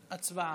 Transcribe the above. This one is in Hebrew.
הצבעה.